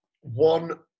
one